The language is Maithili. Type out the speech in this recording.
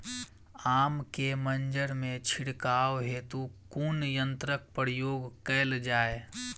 आम केँ मंजर मे छिड़काव हेतु कुन यंत्रक प्रयोग कैल जाय?